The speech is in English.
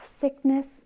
sickness